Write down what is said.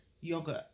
yogurt